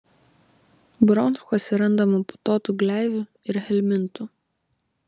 bronchuose randama putotų gleivių ir helmintų